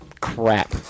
crap